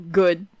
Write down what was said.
good